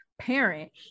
parent